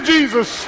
Jesus